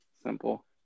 simple